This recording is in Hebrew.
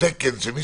היא